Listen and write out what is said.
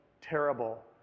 terrible